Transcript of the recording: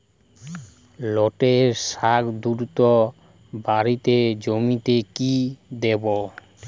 লটে শাখ দ্রুত বাড়াতে জমিতে কি দেবো?